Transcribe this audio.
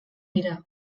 dira